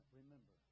remember